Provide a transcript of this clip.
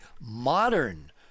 modern